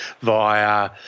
via